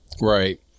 right